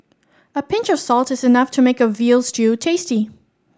a pinch of salt is enough to make a veal stew tasty